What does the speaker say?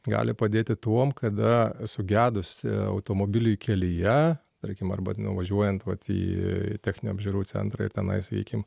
gali padėti tuom kada sugedusį automobilį kelyje tarkim arba nu važiuojant vat į techninių apžiūrų centrą ir tenai sakykim